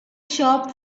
shop